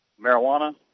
Marijuana